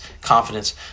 confidence